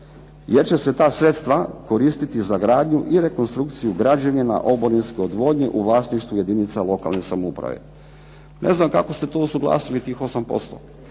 jer će se ta sredstva koristiti za gradnju i rekonstrukciju građevina oborinske odvodnje u vlasništvu jedinica lokalne samouprave. Ne znam kako ste to usuglasili tih 8%